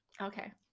Okay